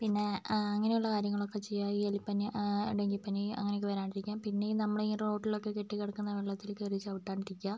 പിന്നെ അങ്ങനെയുള്ള കാര്യങ്ങളൊക്കെ ചെയ്യുക ഈ എലിപ്പനി ഡെങ്കിപ്പനി അങ്ങനെയൊക്കെ വരാതിരിക്കാന് പിന്നെ നമ്മളീ റോഡിലൊക്കെ കെട്ടിക്കിടക്കുന്ന വെള്ളത്തില് കയറി ചവിട്ടാതിരിക്കുക